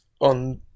on